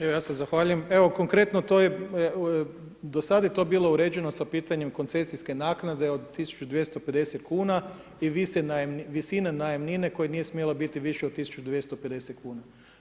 Evo ja se zahvaljujem, evo konkretno to je, do sad je to bilo uređeno sa pitanjem koncesijske naknade od 1250 kuna i visina najamnine koja nije smjela biti viša od 1250 kuna.